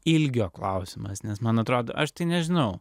ilgio klausimas nes man atrodo aš nežinau